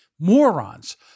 morons